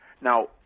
now